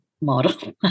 model